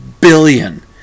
billion